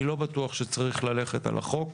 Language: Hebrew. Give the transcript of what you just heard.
אני לא בטוח שצריך ללכת על החוק,